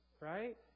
right